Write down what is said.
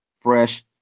fresh